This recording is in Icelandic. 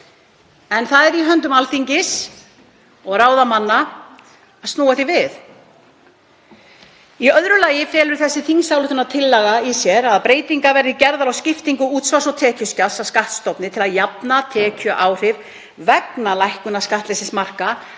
En það er í höndum Alþingis og ráðamanna að snúa því við. Í öðru lagi felur þessi þingsályktunartillaga í sér að breytingar verði gerðar á skiptingu útsvars og tekjuskatts af skattstofni til að jafna tekjuáhrif vegna hækkunar skattleysismarka